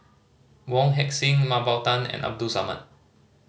Wong Heck Sing Mah Bow Tan and Abdul Samad